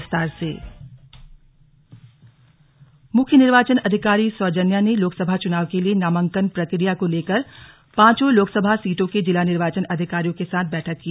slug सौजन्या बैठक मुख्य निर्वाचन अधिकारी सौजन्या ने लोकसभा चुनाव के लिए नामांकन प्रक्रिया को लेकर पांचों लोक सभा सीटों के जिला निर्वाचन अधिकारियों के साथ बैठक की